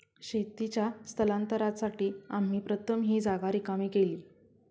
शेतीच्या स्थलांतरासाठी आम्ही प्रथम ही जागा रिकामी केली